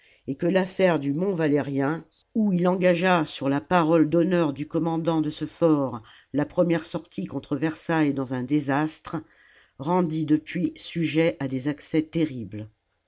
et que l'affaire du mont valérien où il engagea sur la parole d'honneur du commandant de ce fort la première sortie contre versailles dans un désastre rendit depuis sujet à des accès terribles